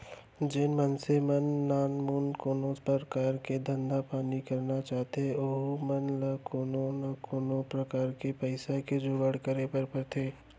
जेन मनसे मन नानमुन कोनो परकार के धंधा पानी करना चाहथें ओहू मन ल कोनो न कोनो प्रकार ले पइसा के जुगाड़ करे बर परथे